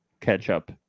ketchup